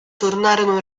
tornarono